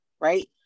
right